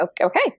okay